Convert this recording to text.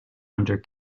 under